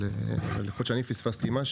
אבל יכול להיות שאני פספסתי משהו.